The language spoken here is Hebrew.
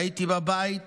הייתי בבית